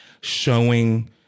showing